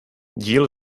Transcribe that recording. díl